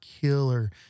killer